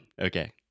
Okay